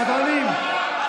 סדרנים.